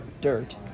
Dirt